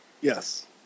yes